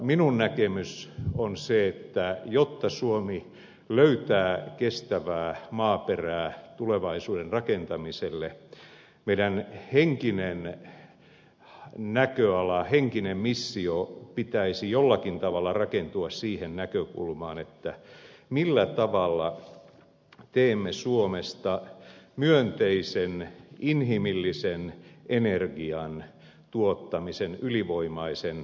minun näkemykseni on se että jotta suomi löytää kestävää maaperää tulevaisuuden rakentamiselle meidän henkisen näköalamme henkisen missiomme pitäisi jollakin tavalla rakentua siihen näkökulmaan millä tavalla teemme suomesta myönteisen inhimillisen energian tuottamisen ylivoimaisen kansakunnan maailmassa